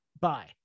Bye